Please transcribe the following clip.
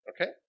Okay